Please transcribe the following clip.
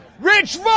Rich